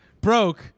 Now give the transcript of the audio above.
Broke